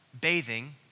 bathing